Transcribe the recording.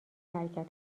حرکت